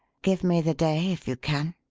give me the day, if you can.